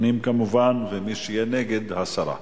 הפנים כמובן, ומי שיהיה נגד, הסרה.